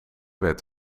werd